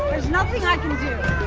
there's nothing i can do.